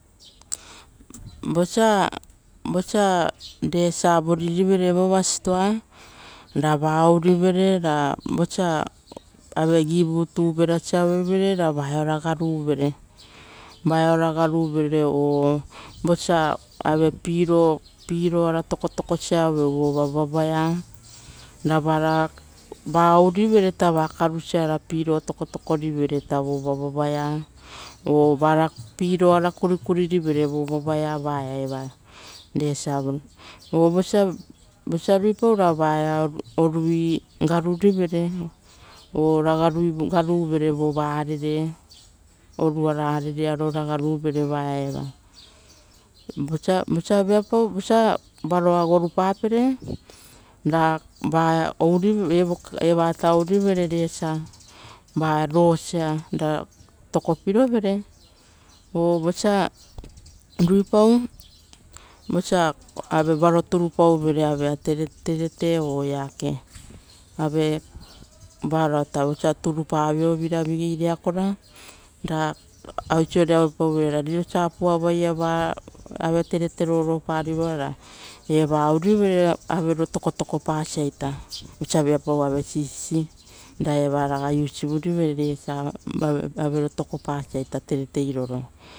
Vosa resah givu garupa vori rivere vo stoa, ra va ourivere, ra vosa guvutu verasa aue uvere, ra vaia ora guruvere, o vosa sipareo ara tokotoko sa aveuvere, nova vavaea, ra va ouri vere va karusa ra sipareo ara tokotoko rivere, vova vavaea va ita eva, o vosa ruipau ra vaia orui garurivere, o, ora garuvere vova arere vatu arova vosa voroa gorupape ra va ourivere resa kaperesa va rosa ra tokopirovere. O vosa ruipau, vosa varo turupauveira avaia terete, oeake varaita osa turu pavioveira vigei, riakora ra oiso ruipapavioveira ra va kapere sa vai ia terete roro pari. Ra va ouri vere avero tokotoko pasa osa viape ave sisisi kaporo, evara ga ousirivere resa keperesa ave took pasia terete iroro.